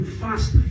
fast